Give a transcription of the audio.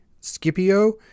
Scipio